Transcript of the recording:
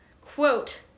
Quote